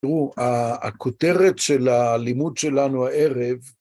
תראו, הכותרת של הלימוד שלנו הערב,